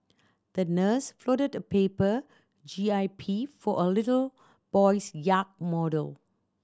the nurse folded a paper J I P for a little boy's yacht model